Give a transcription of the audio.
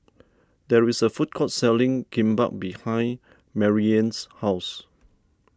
there is a food court selling Kimbap behind Maryjane's house